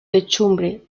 techumbre